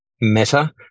Meta